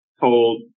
told